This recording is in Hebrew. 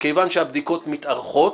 מכיוון שהבדיקות מתארכות,